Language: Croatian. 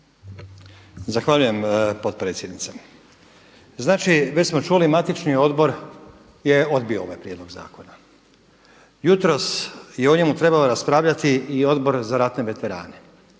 Zahvaljujem potpredsjednice. Znači već smo čuli matični odbor je odbio ovaj prijedlog zakona. Jutros je o njemu trebao raspravljati i Odbor za ratne veterane